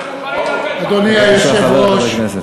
אדוני היושב-ראש,